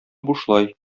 бушлай